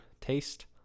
taste